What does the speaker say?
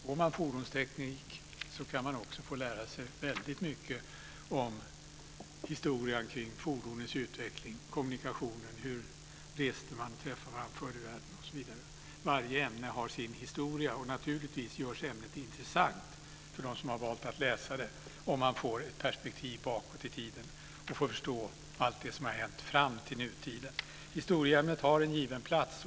Går man fordonsteknik kan man också få lära sig väldigt mycket historia om fordonens utveckling, kommunikation, hur man reste och träffade varandra förr i världen osv. Varje ämne har sin historia. Naturligtvis görs ämnet intressant för dem som har valt att läsa det om man får ett perspektiv bakåt i tiden så att man förstår allt det som har hänt fram till nutiden. Historieämnet har en given plats.